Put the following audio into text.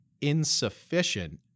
insufficient